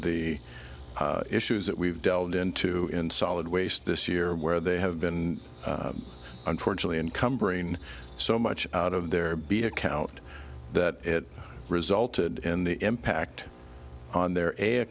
the issues that we've delved into in solid waste this year where they have been unfortunately income brain so much out of their b account that it resulted in the impact on their a